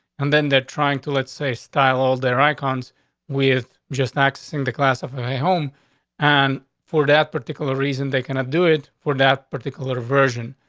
and then they're trying to, let's say, style all their icons with just accessing the class of my home on and for that particular reason they cannot do it for that particular version.